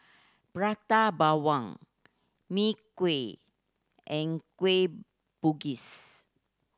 Prata Bawang Mee Kuah and Kueh Bugis